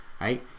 right